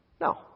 No